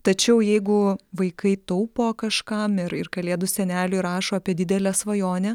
tačiau jeigu vaikai taupo kažkam ir ir kalėdų seneliui rašo apie didelę svajonę